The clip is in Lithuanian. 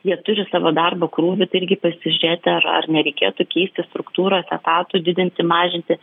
jie turi savo darbo krūvį tai irgi pasižiūrėti ar ar nereikėtų keisti struktūros etatų didinti mažinti